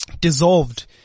dissolved